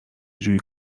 جویی